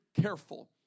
careful